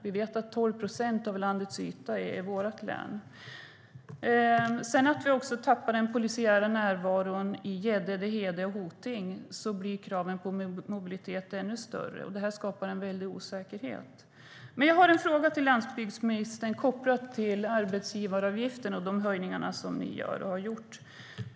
Vi vet att 12 procent av landets yta är vårt län. Vi tappar också den polisiära närvaron i Gäddede, Hede och Hoting. Då blir kraven på mobilitet ännu större. Det skapar en väldig osäkerhet. Jag har en fråga till landsbygdsministern kopplat till arbetsgivaravgiften och de höjningar som ni gör och har gjort.